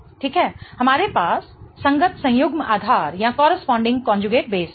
ठीक है हमारे पास संगत संयुग्म आधार हैं